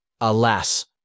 alas